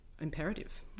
imperative